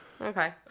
Okay